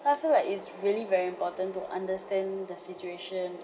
so I feel like it's really very important to understand the situation